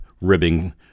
ribbing